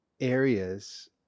areas